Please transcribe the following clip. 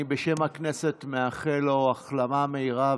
אני בשם הכנסת מאחל לו החלמה מהירה,